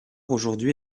aujourd’hui